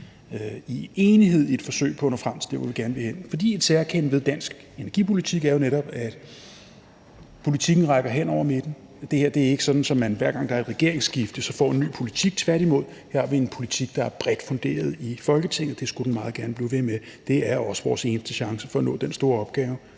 i enighed i et forsøg på at nå frem til der, hvor vi gerne vil hen. For et særkende ved dansk energipolitik er jo netop, at politikken rækker hen over midten. Det er ikke sådan, at man, hver gang der er et regeringsskifte, så får en ny politik – tværtimod har vi her en politik, der er bredt funderet i Folketinget, og det skulle den meget gerne blive ved med at være. Det er også vores eneste chance for at nå den store opgave,